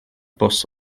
bws